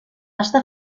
estar